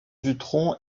dutronc